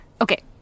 Okay